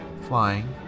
flying